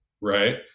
Right